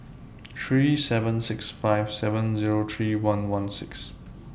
three seven six five seven Zero three one one six